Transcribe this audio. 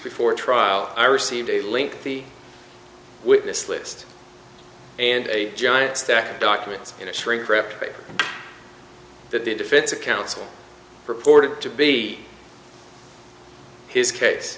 before trial i received a link the witness list and a giant stack of documents in a shrinkwrapped paper that the defense counsel purported to be his case